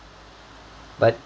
but